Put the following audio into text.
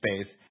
space